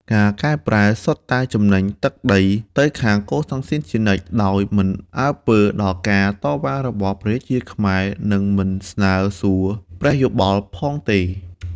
ការកែប្រែ សុទ្ធតែចំណេញទឹកដីទៅខាងកូសាំងស៊ីនជានិច្ច ដោយមិនអើពើដល់ការតវ៉ារបស់ព្រះរាជាខ្មែរ និងមិនស្នើសួរព្រះយោបល់ផងទេ។